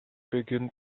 begin